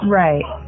right